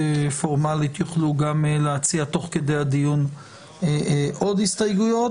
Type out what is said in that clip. פורמאלית יוכלו גם להציע תוך כדי הדיון עוד הסתייגויות,